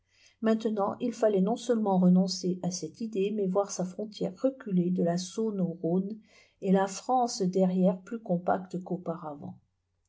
maintenant il fallait non seulement renoncer à cette idée mais voir sa frontière reculer de la saône au rhône et la france derrière plus compacte